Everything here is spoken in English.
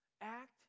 act